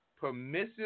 permissive